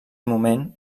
moment